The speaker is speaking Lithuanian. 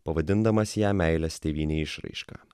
pavadindamas ją meilės tėvynei išraiška